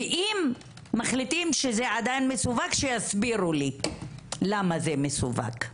ואם מחליטים שזה עדיין מסווג שיסבירו לי למה זה מסווג.